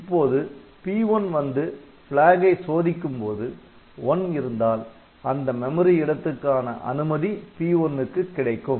இப்போது P1 வந்து Flag ஐ சோதிக்கும் போது '1' இருந்தால் அந்த மெமரி இடத்துக்கான அனுமதி P1 க்கு கிடைக்கும்